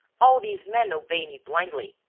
all these men obey me blindly.